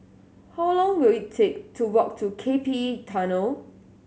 how long will it take to walk to K P E Tunnel